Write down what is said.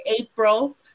April